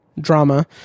drama